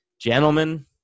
Gentlemen